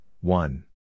one